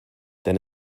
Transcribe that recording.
denn